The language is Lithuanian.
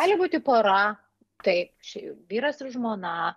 gali būti pora taip šei vyras ir žmona